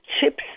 chips